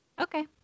Okay